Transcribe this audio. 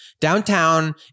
Downtown